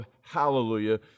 hallelujah